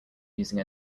using